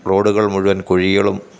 റോഡുകൾ മുഴുവൻ കുഴികളും